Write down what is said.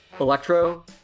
Electro